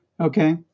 Okay